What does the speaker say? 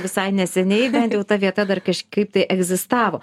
visai neseniai bent jau ta vieta dar kažkaip tai egzistavo